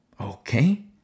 Okay